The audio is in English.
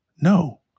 No